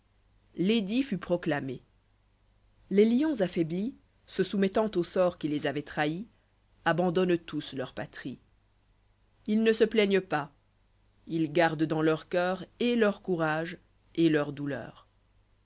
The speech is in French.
l'édit fut proclamé les lions affoiblis se soumettant au sort qui les a voit trahis abandonnent tous leur patrie us ne se plaignent pas ils gardent dans leur coeus et leur courage et leur douleur